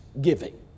giving